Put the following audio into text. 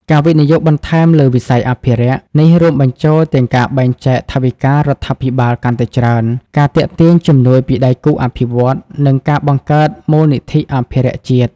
ការវិនិយោគបន្ថែមលើវិស័យអភិរក្ស នេះរួមបញ្ចូលទាំងការបែងចែកថវិការដ្ឋាភិបាលកាន់តែច្រើន ការទាក់ទាញជំនួយពីដៃគូអភិវឌ្ឍន៍ និងការបង្កើតមូលនិធិអភិរក្សជាតិ។